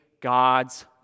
God's